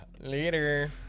Later